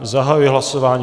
Zahajuji hlasování.